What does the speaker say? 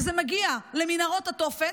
וזה מגיע למנהרות התופת,